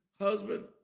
husband